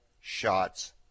shots